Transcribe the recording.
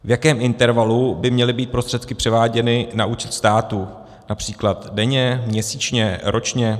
V jakém intervalu by měly být prostředky převáděny na účet státu, např. denně, měsíčně, ročně?